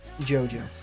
JoJo